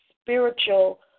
spiritual